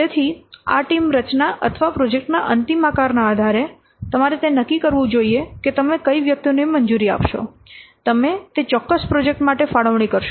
તેથી આ ટીમ રચના અથવા પ્રોજેક્ટના અંતિમ આકારના આધારે તમારે તે નક્કી કરવું જોઈએ કે તમે કઇ વ્યક્તિને મંજૂરી આપશો તમે તે ચોક્કસ પ્રોજેક્ટ માટે ફાળવણી કરશો